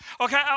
Okay